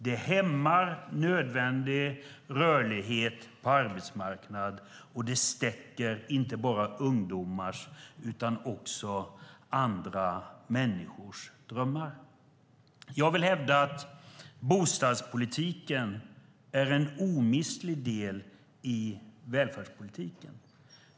Det hämmar nödvändig rörlighet på arbetsmarknaden, och det stäcker inte bara ungdomars utan också andra människors drömmar. Jag vill hävda att bostadspolitiken är en omistlig del i välfärdspolitiken.